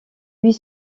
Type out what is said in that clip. huit